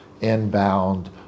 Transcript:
inbound